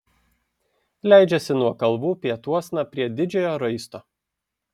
leidžiasi nuo kalvų pietuosna prie didžiojo raisto